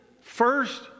first